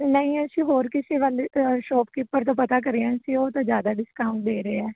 ਨਹੀਂ ਅਸੀਂ ਹੋਰ ਕਿਸੇ ਵੱਲ ਸ਼ੋਪਕੀਪਰ ਤੋਂ ਪਤਾ ਕਰੀਆਂ ਸੀ ਉਹ ਤਾਂ ਜ਼ਿਆਦਾ ਡਿਸਕਾਊਂਟ ਦੇ ਰਹੇ ਹੈ